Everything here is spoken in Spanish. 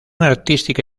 artística